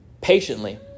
Patiently